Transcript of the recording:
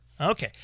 Okay